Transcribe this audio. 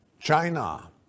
China